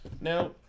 Now